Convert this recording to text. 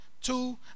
Two